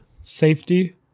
safety